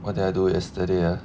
what did I do yesterday